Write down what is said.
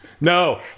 No